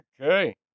Okay